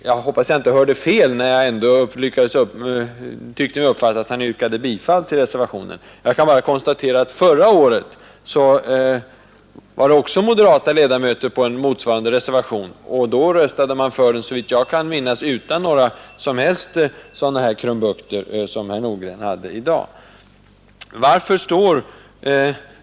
Jag hoppas att jag inte hörde fel när jag ändå tyckte mig uppfatta att han yrkade bifall till reservationen. Jag kan bara konstatera att förra året var det också moderata ledamöter med på en motsvarande reservation, och då röstade de, såvitt jag kan minnas, för den utan några sådana krumbukter som herr Nordgren gjorde i dag.